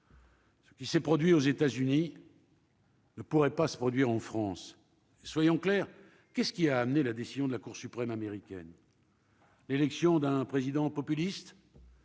Ce qui s'est produit aux États-Unis. Ne pourrait pas se produire en France, soyons clairs, qu'est ce qui a amené la décision de la Cour suprême américaine l'élection d'un président populiste.